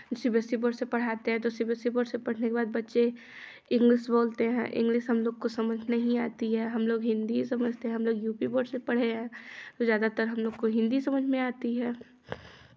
सी B S E board से पढ़ाते हैं तो C B S E board से पढ़ने के बाद बच्चे इंग्लिश बोलते हैं इंग्लिश हमलोग को समझ नहीं आती है हमलोग हिन्दी समझते हैं हमलोग यू पी बोर्ड से पढ़ें हैं तो ज़्यादातर हमलोग को हिन्दी समझ में आती है